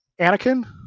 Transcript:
Anakin